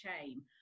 shame